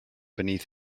beneath